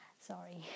Sorry